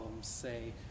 say